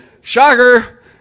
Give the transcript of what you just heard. Shocker